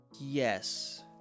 Yes